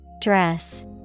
Dress